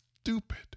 stupid